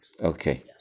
Okay